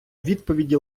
відповіді